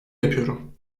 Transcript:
yapıyorum